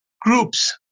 groups